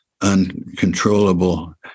uncontrollable